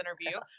interview